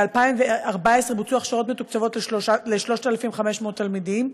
ב-2014 בוצעו הכשרות מתוקצבות ל-3,500 תלמידים.